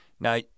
Now